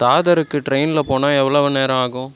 தாதருக்கு டிரெயினில் போனால் எவ்வளோ மணிநேரம் ஆகும்